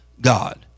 God